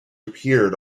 appeared